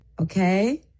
Okay